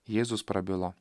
jėzus prabilo